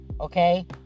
Okay